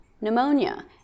pneumonia